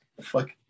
Fuck